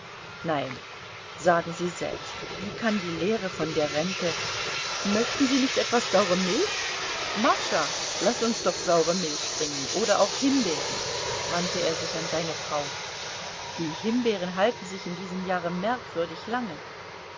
nein sagen sie selbst wie kann die lehre von der rente möchten sie nicht etwas saure milch mascha laß uns doch saure milch bringen oder auch himbeeren wandte er sich an seine frau die himbeeren halten sich in diesem jahre merkwürdig lange